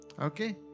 Okay